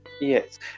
Yes